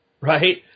right